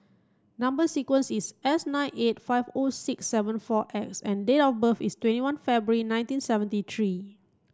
number sequence is S nine eight five O six seven four X and date of birth is twenty one February nineteen seventy three